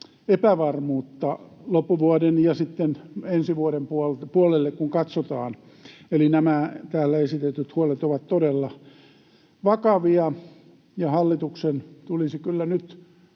katsotaan loppuvuoden ja ensi vuoden puolelle. Eli nämä täällä esitetyt huolet ovat todella vakavia, ja hallituksen tulisi kyllä nyt